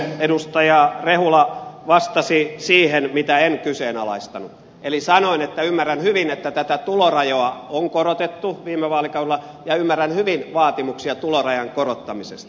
edustaja rehula vastasi siihen mitä en kyseenalaistanut eli sanoin että ymmärrän hyvin että tätä tulorajaa on korotettu viime vaalikaudella ja ymmärrän hyvin vaatimuksia tulorajan korottamisesta